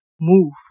move